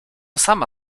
sama